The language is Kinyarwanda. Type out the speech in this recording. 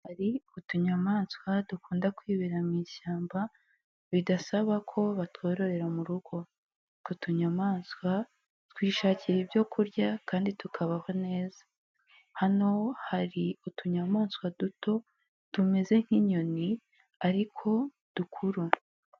Hari utunyamaswa dukunda kwibera mu ishyamba bidasaba ko batworohera mu rugo, utwo tunyamaswa twishakiye ibyo kurya kandi tukabaho neza, hano hari utunyamaswa duto tumeze nk'inyoni ariko dukuru.